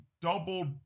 double